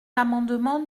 l’amendement